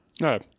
No